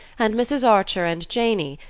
and mrs. archer and janey,